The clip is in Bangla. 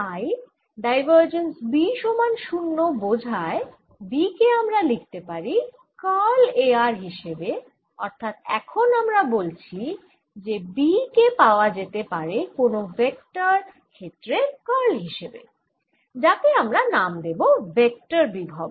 তাই ডাইভার্জেন্স B সমান 0 বোঝায় B কে আমরা লিখতে পারি কার্ল A r হিসেবে অর্থাৎ এখন আমরা বলছি যে B কে পাওয়া যেতে পারে কোন ভেক্টর ক্ষেত্রের কার্ল হিসেবে যাকে আমরা নাম দেব ভেক্টর বিভব